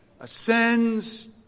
ascends